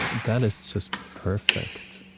and that is just perfect.